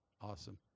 Awesome